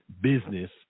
business